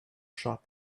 shop